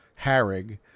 Harrig